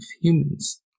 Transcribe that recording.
humans